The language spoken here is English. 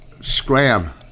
scram